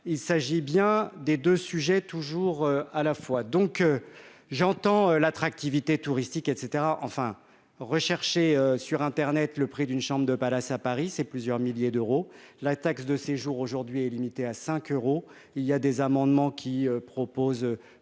il s'agit bien des 2 sujets toujours à la fois donc j'entends l'attractivité touristique, et cetera enfin rechercher sur Internet, le prix d'une chambre de palace à Paris, c'est plusieurs milliers d'euros la taxe de séjour aujourd'hui limité à cinq euros il y a des amendements qui propose